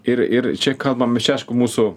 ir ir čia kalbam čia aišku mūsų